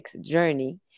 journey